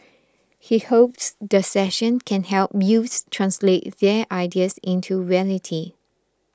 he hopes the session can help youths translate their ideas into reality